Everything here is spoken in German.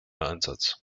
einsatz